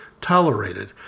tolerated